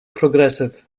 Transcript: progressive